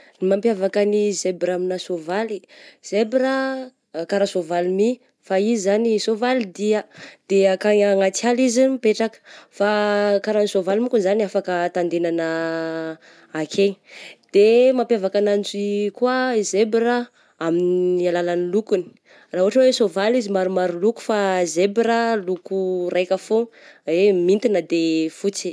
Ny mampiavaka ny zebra amigna soavaly ,zebra karaha soavaky my fa izy zany soavaly dia, de akagny anaty ala izy mipetraka, fa karaha soavaly monkony zany afaka tandegnana akey, de mampiavaka ananjy koa ah i zebra amin'ny alalagny lokony, raha ohatra hoe soavaly izy maromaro loko fa zebra loko raika fô, eh mintign de fotsy.